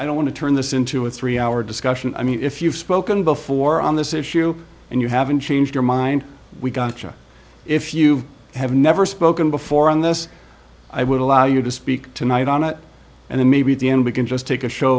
i don't want to turn this into a three hour discussion i mean if you've spoken before on this issue and you haven't changed your mind we gotta if you have never spoken before on this i would allow you to speak tonight on it and then maybe at the end we can just take a show